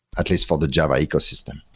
at least for the java ecosystem.